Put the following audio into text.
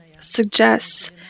suggests